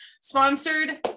sponsored